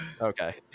Okay